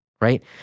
right